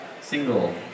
single